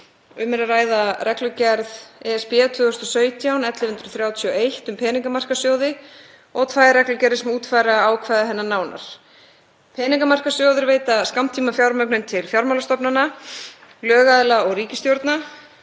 Um er að ræða reglugerð (ESB) 2017/1131 um peningamarkaðssjóði og tvær reglugerðir sem útfæra ákvæði hennar nánar. Peningamarkaðssjóðir veita skammtímafjármögnun til fjármálastofnana, lögaðila og ríkisstjórna.